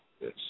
Yes